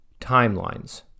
timelines